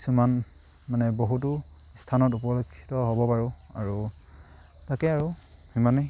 কিছুমান মানে বহুতো স্থানত উপলক্ষিত হ'ব পাৰোঁ আৰু তাকে আৰু সিমানেই